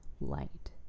light